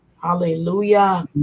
Hallelujah